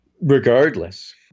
Regardless